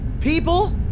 People